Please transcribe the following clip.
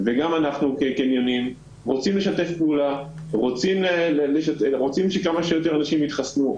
וגם אנחנו כקניונים רוצים לשתף פעולה ורוצים שכמה שיותר אנשים יתחסנו.